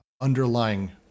underlying